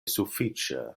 sufiĉe